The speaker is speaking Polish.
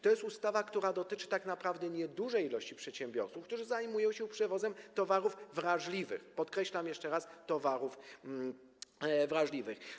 To jest ustawa, która dotyczy tak naprawdę niedużej liczby przedsiębiorców, którzy zajmują się przewozem towarów wrażliwych, podkreślam to jeszcze raz: towarów wrażliwych.